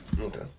Okay